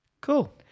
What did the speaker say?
Cool